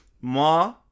Ma